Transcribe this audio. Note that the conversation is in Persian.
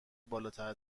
بالاتر